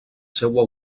seua